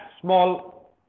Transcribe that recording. small